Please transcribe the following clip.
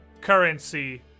currency